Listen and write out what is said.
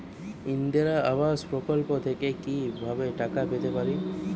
ইন্দিরা আবাস প্রকল্প থেকে কি ভাবে টাকা পেতে পারি?